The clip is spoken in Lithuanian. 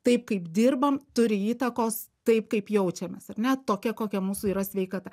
taip kaip dirbam turi įtakos taip kaip jaučiamės ar ne tokia kokia mūsų yra sveikata